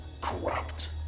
corrupt